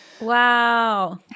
Wow